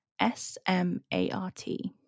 S-M-A-R-T